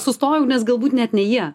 sustojau nes galbūt net ne jie